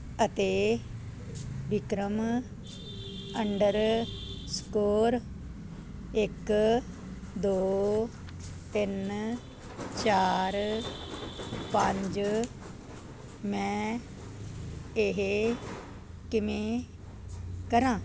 ਅਤੇ Vikram underscore ਇੱਕ ਦੋ ਤਿੰਨ ਚਾਰ ਪੰਜ ਮੈਂ ਇਹ ਕਿਵੇਂ ਕਰਾਂ